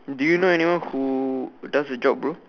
do you know anyone who does the job bro